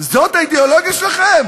זאת האידיאולוגיה שלכם?